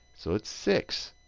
so it's six.